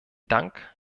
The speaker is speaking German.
dank